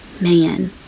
man